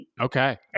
Okay